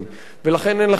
ולכן אין לכם ברירה,